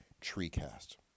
#Treecast